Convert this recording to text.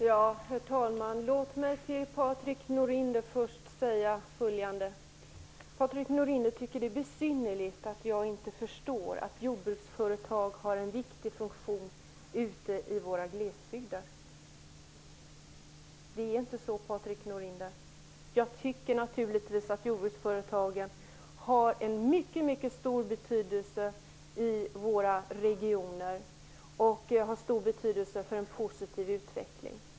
Herr talman! Låt mig till Patrik Norinder först säga följande. Patrik Norinder tycker att det är besynnerligt att jag inte förstår att jordbruksföretag har en viktig funktion ute i våra glesbygder. Det är inte så, Patrik Norinder. Jag tycker naturligtvis att jordbruksföretagen har en mycket stor betydelse i våra regioner för en positiv utveckling.